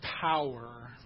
power